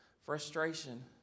frustration